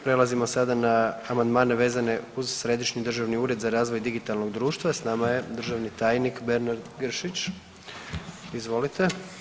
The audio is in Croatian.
Prelazimo sada na amandmane vezane uz Središnji državni ured za razvoj digitalnog društva, s nama je državni tajnik Bernard Gršić, izvolite.